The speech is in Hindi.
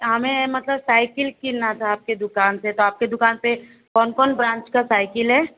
हमें मतलब साइकिल कितना था आपके दुकान से तो आपके दुकान पे कौन कौन ब्रांच का साइकिल है